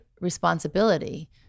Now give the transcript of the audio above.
responsibility